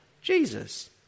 Jesus